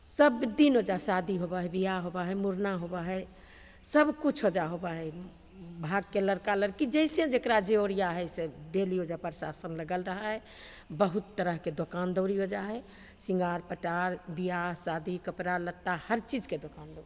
सबदिन ओहिजाँ शादी होबै हइ बिआह होबै हइ मूड़न होबै हइ सबकिछु ओहिजाँ होबै हइ भागके लड़का लड़की जइसे जकरा जे ओरिआ हइ से डेली ओहिजाँ प्रशासन लागल रहै हइ बहुत तरहके दोकान दौरी ओहिजाँ हइ शृँगार पटार बिआह शादी कपड़ा लत्ता हर चीजके दोकान